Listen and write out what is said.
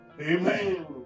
Amen